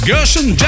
Gershon